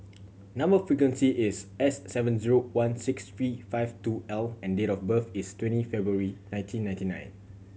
number sequence is S seven zero one six three five two L and date of birth is twenty February nineteen ninety nine